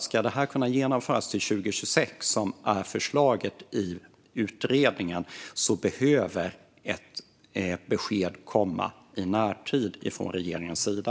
Ska detta kunna genomföras till 2026, vilket föreslås i utredningen, behöver ett besked komma i närtid från regeringens sida.